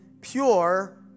pure